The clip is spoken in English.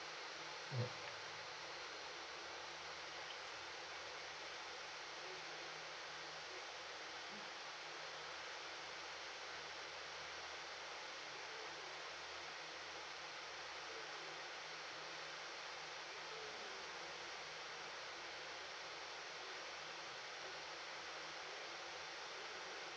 mm